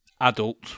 adult